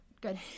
Good